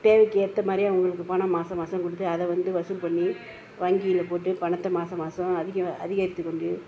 தேவைக்கு ஏற்ற மாதிரி அவங்களுக்கு பணம் மாதம் மாதம் கொடுத்து அதை வந்து வசூல் பண்ணி வங்கியில் போட்டு பணத்தை மாதம் மாதம் அதிக அதிகரித்து கொண்டு